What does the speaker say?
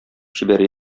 чибәр